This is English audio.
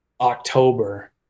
October